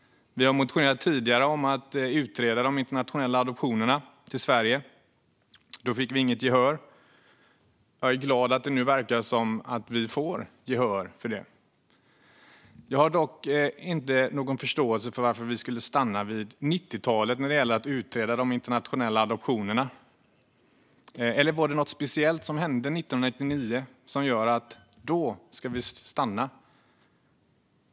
Vi har tidigare motionerat om att utreda de internationella adoptionerna till Sverige - då fick vi inget gehör. Jag är glad att det nu verkar som att vi får gehör för detta. Jag har dock ingen förståelse för varför vi skulle stanna vid 90-talet när det gäller att utreda de internationella adoptionerna. Hände det något speciellt 1999, som gör att vi ska stanna då?